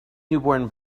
newborn